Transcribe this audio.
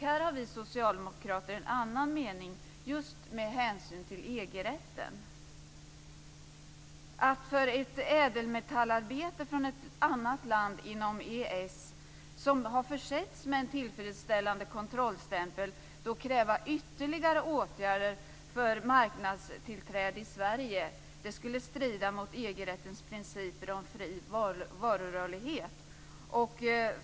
Här har vi socialdemokrater en annan mening just med hänsyn till EG-rätten. Att för ett ädelmetallarbete från ett annat land inom EES som har försetts med en tillfredsställande kontrollstämpel kräva ytterligare åtgärder för marknadstillträde i Sverige skulle strida mot EG-rättens principer om fri varurörlighet.